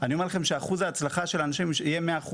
אני אומר לכם שאחוז ההצלחה יהיה 100%,